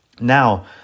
Now